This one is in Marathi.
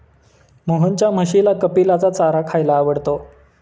मोहनच्या म्हशीला कपिलाचा चारा खायला आवडतो